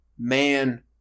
Man